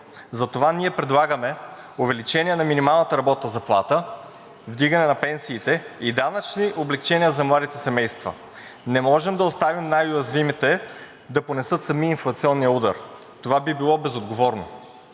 затова ние предлагаме увеличение на минималната работна заплата, вдигане на пенсиите и данъчни облекчения за младите семейства. Не можем да оставим най-уязвимите да понесат сами инфлационния удар, това би било безотговорно.